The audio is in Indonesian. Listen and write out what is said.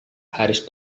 harus